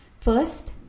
First